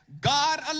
God